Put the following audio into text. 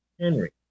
Henry